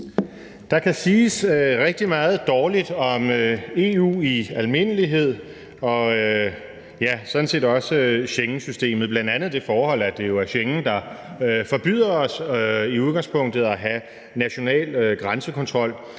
Der kan siges rigtig meget dårligt om EU i almindelighed og sådan set også om Schengensystemet, bl.a. det forhold, at det jo er Schengensystemet, der forbyder os i udgangspunktet at have national grænsekontrol,